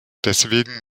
deswegen